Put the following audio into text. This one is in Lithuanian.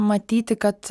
matyti kad